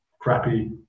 crappy